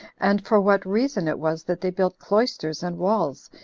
and for what reason it was that they built cloisters and walls,